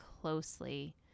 closely